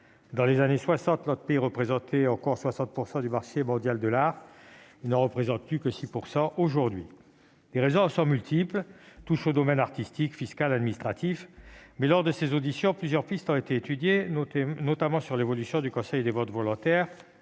Dans les années 1960, notre pays représentait encore 60 % du marché mondial de l'art ; il n'en représente plus que 6 % aujourd'hui. Les raisons en sont multiples. Elles sont d'ordre artistique, fiscal et administratif. Lors des auditions de la commission, plusieurs pistes ont été proposées, notamment l'évolution du Conseil des ventes volontaires,